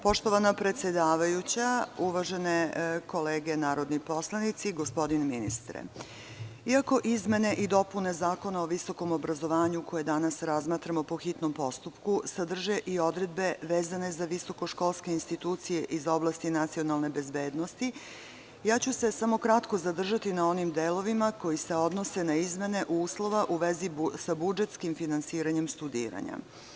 Poštovana predsedavajuća, uvažene kolege narodni poslanici, gospodine ministre, iako izmene i dopune Zakona o visokom obrazovanju koje danas razmatramo po hitnom postupku sadrže i odredbe vezane za visokoškolske institucije iz oblasti nacionalne bezbednosti, samo kratko ću se zadržati na onim delovima koji se odnose na izmene uslova u vezi sa budžetskim finansiranjem studiranja.